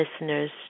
listeners